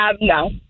No